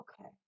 okay